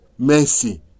Mercy